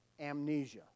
amnesia